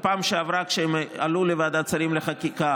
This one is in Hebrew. בפעם שעברה שהן עלו לוועדת שרים לחקיקה,